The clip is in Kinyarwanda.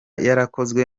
yarakozwe